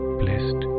blessed